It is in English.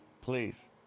please